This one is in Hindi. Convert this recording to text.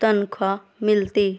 तनख्वाह मिलती